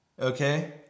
okay